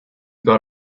got